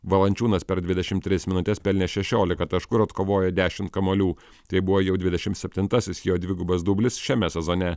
valančiūnas per dvidešimt tris minutes pelnė šešiolika taškų ir atkovojo dešimt kamuolių tai buvo jau dvidešimt septintasis jo dvigubas dublis šiame sezone